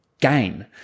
gain